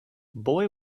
boy